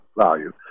value